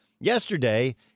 yesterday